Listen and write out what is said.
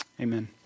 amen